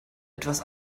etwas